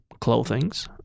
clothings